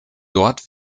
dort